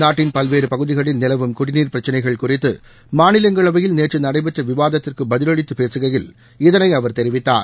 நாட்டின் பல்வேறு பகுதிகளில் நிலவும் குடிநீர் பிரச்சினைகள் குறித்து மாநிலங்களவையில் நேற்று நடைபெற்ற விவாதத்திற்கு பதிலளித்து பேசுகையில் இதனை அவர் தெரிவித்தார்